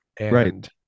Right